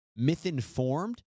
MythInformed